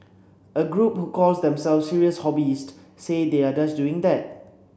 a group who calls themselves serious hobbyists say they are doing just that